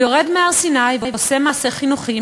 הוא יורד מהר-סיני ועושה מעשה חינוכי,